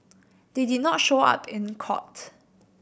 they did not show up in court